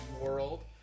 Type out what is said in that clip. World